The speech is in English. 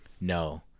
no